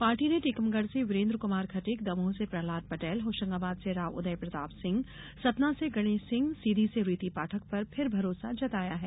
party ने टीकमगढ़ से वीरेंद्र कुमार खटीक दमोह से प्रहलाद पटेल होशंगाबाद से राव उदय प्रताप सिंह सतना से गणेश सिंह सीधी से रीति पाठक पर फिर भरोसा जताया है